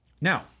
Now